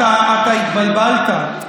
אתה התבלבלת,